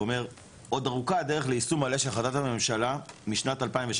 עוד ארוכה הדרך ליישום מלא של החלטת הממשלה משנת 2016,